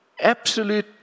Absolute